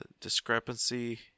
discrepancy